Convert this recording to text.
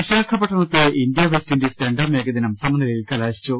വിശാഖപ്പട്ടണത്ത് India West Indies രണ്ടാം ഏകദിനം സമനിലയിൽ കലാശിച്ചു